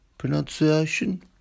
pronunciation